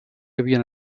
havien